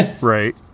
Right